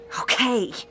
okay